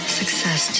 success